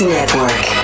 Network